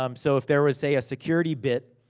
um so, if there was, say a security bit,